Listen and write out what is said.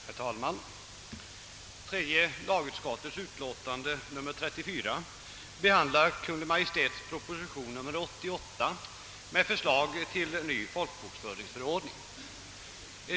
Herr talman! Tredje lagutskottets utlåtande nr 34 behandlar Kungl. Maj:ts proposition nr 88 med förslag till ny folkbokföringsförordning.